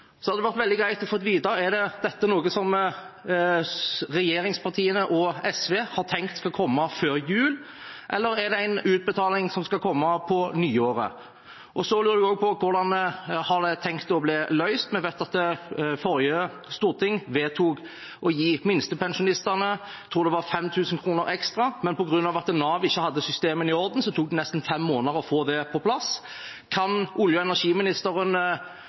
Det hadde vært veldig greit å få vite om dette er noe regjeringspartiene og SV har tenkt skal komme før jul, eller om det er en utbetaling som skal komme på nyåret. Jeg lurer også på hvordan det er tenkt løst. Vi vet at forrige storting vedtok å gi minstepensjonistene 5 000 kr ekstra, tror jeg, men fordi Nav ikke hadde systemene i orden, tok det nesten fem måneder å få det på plass. Kan olje- og energiministeren